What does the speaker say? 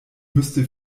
müsste